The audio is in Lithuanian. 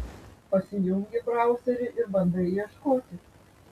pasijungi brauserį ir bandai ieškoti